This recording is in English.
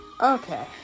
Okay